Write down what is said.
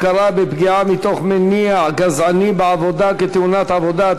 הכרה בפגיעה מתוך מניע גזעני בעבודה כתאונת עבודה),